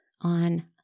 on